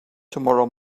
tomorrow